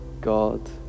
God